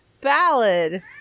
ballad